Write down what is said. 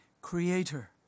Creator